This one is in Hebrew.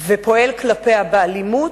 ופועל כלפיה באלימות,